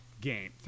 game